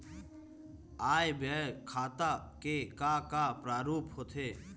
आय व्यय खाता के का का प्रारूप होथे?